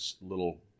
little